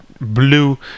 blue